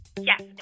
Yes